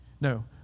No